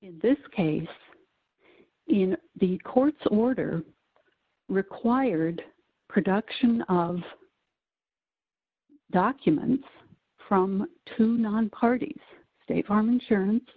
in this case in the court's order required production of documents from two non parties state farm insurance